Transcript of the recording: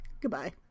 goodbye